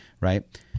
Right